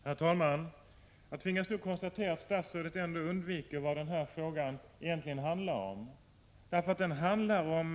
Herr talman! Jag tvingas konstatera att statsrådet ändå undviker det som = 19 februari 1987 den här frågan egentligen handlar om.